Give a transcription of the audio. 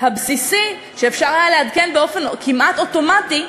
הבסיסי שאפשר היה לעדכן באופן כמעט אוטומטי,